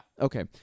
Okay